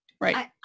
right